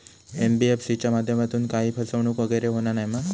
NBFC च्या माध्यमातून काही फसवणूक वगैरे होना नाय मा?